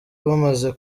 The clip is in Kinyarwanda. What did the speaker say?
bamaze